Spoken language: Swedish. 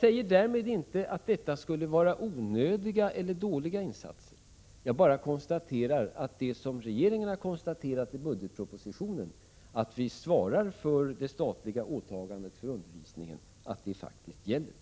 Jag har därmed inte sagt att det har varit fråga om onödiga eller dåliga insatser, utan jag konstaterar bara vad regeringen konstaterar i budgetpropositionen, att det statliga åtagandet för undervisningen faktiskt gäller.